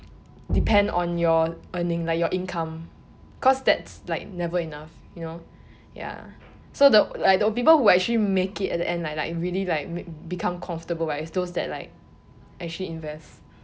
depend on your earning like your income cause that's like never enough you know ya so like the people who actually make it at the end like really like become comfortable is those that like actually invest